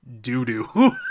doo-doo